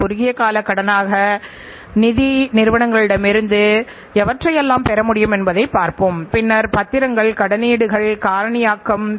குறைபாடுடைய பொருட்களின் எண்ணிக்கை எவ்வளவு இருக்க வேண்டும் என்பதை இந்த மஞ்சள் கோடு காட்டுகின்றது